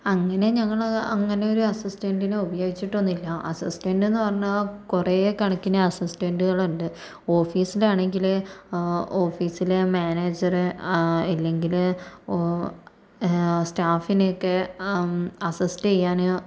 അങ്ങനെ ഞങ്ങൾ അങ്ങനെയൊരു അസിസ്റ്റൻ്റിനെ ഉപയോഗിച്ചിട്ടൊന്നുമില്ല അസിസ്റ്റൻ്റ് എന്നു പറഞ്ഞാൽ കുറെ കണക്കിന് അസിസ്റ്റൻ്റുകളുണ്ട് ഓഫീസിലാണെങ്കിൽ ഓഫീസിലെ മാനേജർ ഇല്ലെങ്കിൽ ഓ സ്റ്റാഫിനെയൊക്കെ അസിസ്റ്റ് ചെയ്യാൻ